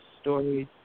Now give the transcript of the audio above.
stories